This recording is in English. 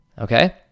Okay